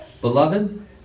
Beloved